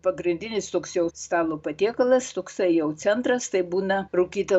pagrindinis toks jau stalo patiekalas toksai jau centras tai būna rūkyta